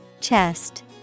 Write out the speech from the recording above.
Chest